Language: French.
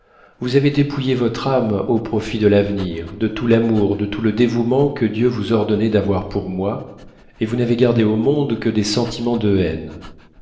vous avez dépouillé votre âme au profit de l'avenir de tout l'amour de tout le dévouement que dieu vous ordonnait d'avoir pour moi et vous n'avez gardé au monde que des sentiments de haine